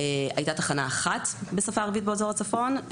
היתה תחנה אחת בשפה הערבית באזור הצפון,